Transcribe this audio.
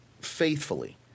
faithfully